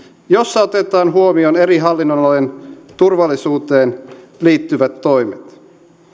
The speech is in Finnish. jossa otetaan huomioon eri hallinnonalojen turvallisuuteen liittyvät toimet